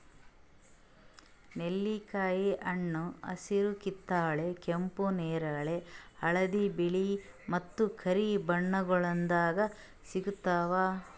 ನೆಲ್ಲಿಕಾಯಿ ಹಣ್ಣ ಹಸಿರು, ಕಿತ್ತಳೆ, ಕೆಂಪು, ನೇರಳೆ, ಹಳದಿ, ಬಿಳೆ ಮತ್ತ ಕರಿ ಬಣ್ಣಗೊಳ್ದಾಗ್ ಸಿಗ್ತಾವ್